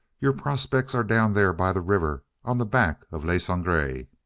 your prospects are down there by the river on the back of le sangre.